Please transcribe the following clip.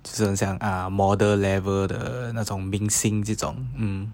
就是好像 model level 的那种明星这种 um